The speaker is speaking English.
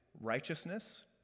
righteousness